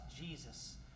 Jesus